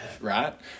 right